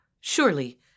Surely